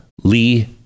Lee